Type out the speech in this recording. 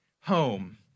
home